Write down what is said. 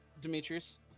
Demetrius